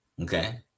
Okay